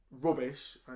rubbish